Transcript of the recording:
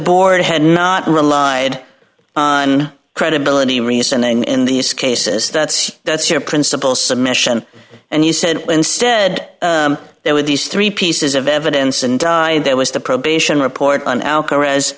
board had not relied on credibility reasoning in these cases that's that's your principal submission and you said instead there were these three pieces of evidence and there was the probation report on alcatraz